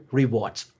rewards